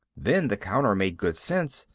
then the counter made good sense.